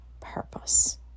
purpose